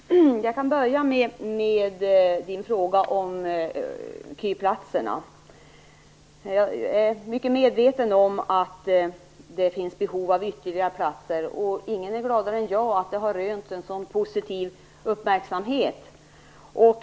Herr talman! Jag kan börja med Ulf Melins fråga om KY-platserna. Jag är mycket medveten om att det finns behov av ytterligare platser, och ingen är gladare än jag över att de har rönt en sådan positiv uppmärksamhet.